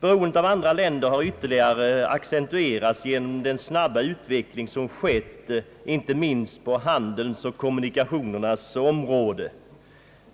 Beroendet av andra länder har ytterligare accentuerats genom den snabba utveckling som skett inte minst på handelns och kommunikationernas områden.